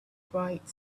bright